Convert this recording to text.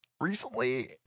recently